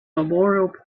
memorial